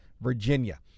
virginia